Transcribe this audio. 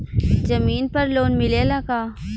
जमीन पर लोन मिलेला का?